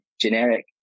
generic